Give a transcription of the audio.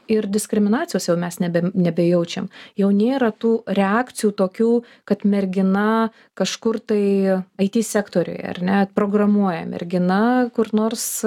ir diskriminacijos jau mes nebe nebejaučiam jau nėra tų reakcijų tokių kad mergina kažkur tai it sektoriuje ar ne programuoja mergina kur nors